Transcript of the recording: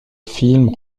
film